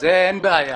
לזה אין בעיה.